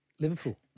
Liverpool